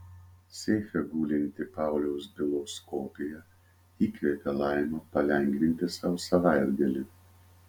seife gulinti pauliaus bylos kopija įkvepia laimą palengvinti sau savaitgalį